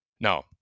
Now